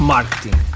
Marketing